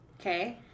Okay